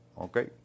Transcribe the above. Okay